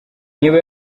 niba